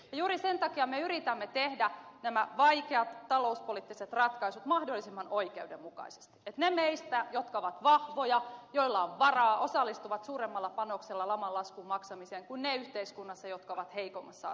juuri sen takia me yritämme tehdä nämä vaikeat talouspoliittiset ratkaisut mahdollisimman oikeudenmukaisesti jotta ne meistä jotka ovat vahvoja joilla on varaa osallistuvat suuremmalla panoksella laman laskun maksamiseen kuin yhteiskunnassa ne jotka ovat heikommassa asemassa